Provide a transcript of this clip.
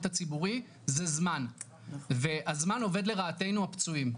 הציבורי זה זמן והזמן עובד לרעתנו הפצועים.